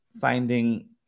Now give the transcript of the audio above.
finding